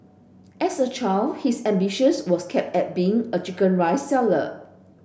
as a child his ambitions was capped at being a chicken rice seller